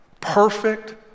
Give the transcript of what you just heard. perfect